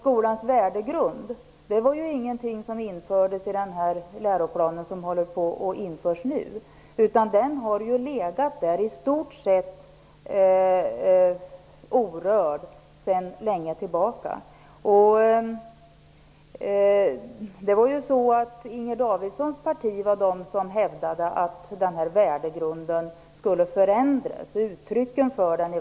Skolans värdegrund var inte något som togs med i den läroplan som håller på att införas nu, utan den har funnits där i stort sett orörd sedan lång tid tillbaka. Det var ju Inger Davidsons parti som hävdade att denna värdegrund skulle förändras, åtminstone uttrycken för den.